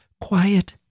quiet